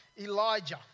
Elijah